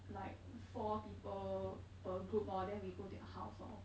like four people per group lor then we go their house lor